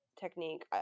technique